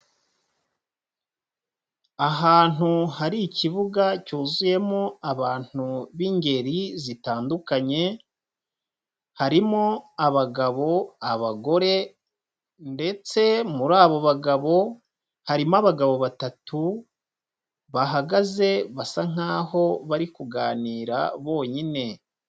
Ahantu hari ikibuga, cyuzuyemo abantu b'ingeri zitandukanye, harimo abagabo, abagore, ndetse muri abo bagabo, harimo abagabo batatu, bahagaze basa nkaho bari kuganira bonyine.